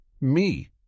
Me